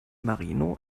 marino